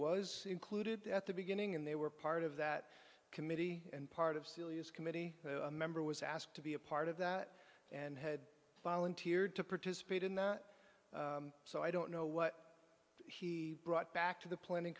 was included at the beginning and they were part of that committee and part of celia's committee member was asked to be a part of that and had volunteered to participate in that so i don't know what he brought back to the planning